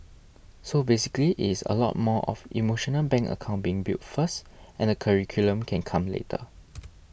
so basically it is a lot more of emotional bank account being built first and the curriculum can come later